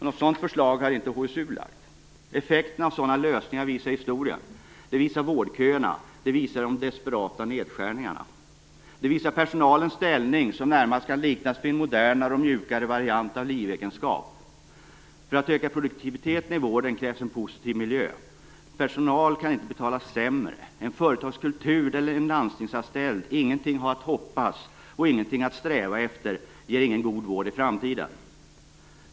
Något sådant förslag har inte HSU lagt. Effekterna av sådana lösningar visar historien, det visar vårdköerna, det visar de desperata neddragningarna. Det visar personalens ställning, som närmast kan liknas vid en modernare och mjukare variant av livegenskap. För att öka produktiviteten i vården krävs en positiv miljö. Personal kan inte betalas allt sämre. En företagskultur där en landstingsanställd ingenting har att hoppas på och ingenting har att sträva efter ger ingen god vård i framtiden.